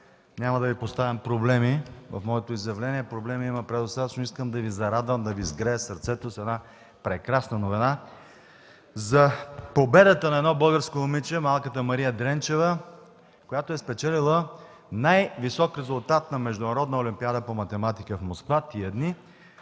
Няма да Ви поставям проблеми в моето изявление. Има предостатъчно проблеми. Искам да Ви зарадвам, да Ви сгрея сърцето с една прекрасна новина за победата на едно българско момиче – малката Мария Дренчева, която сред 850 деца е спечелила най-висок резултат на международна олимпиада по математика в Москва тези дни.